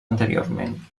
anteriorment